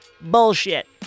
bullshit